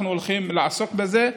אנחנו הולכים לעסוק בזה.